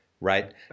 right